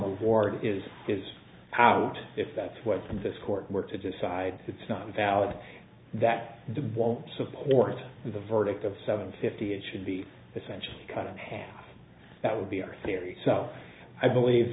award is is out if that's what this court were to decide it's not valid that the won't support the verdict of seven fifty it should be essentially cut in half that would be our theory so i believe